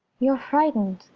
you're frightened,